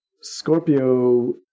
Scorpio